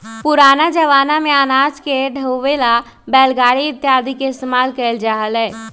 पुराना जमाना में अनाज के ढोवे ला बैलगाड़ी इत्यादि के इस्तेमाल कइल जा हलय